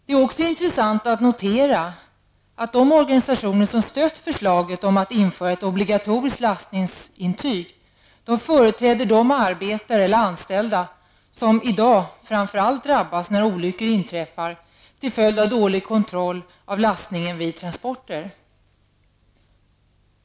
Det är intressant att notera att de organisationer som stött förslag om att införa ett obligatoriskt lastsäkringsintyg företräder de arbetare eller anställda som i dag framför allt drabbas när olyckor inträffar till följd av dålig kontroll av lastning vid transporter.